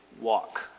walk